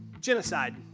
genocide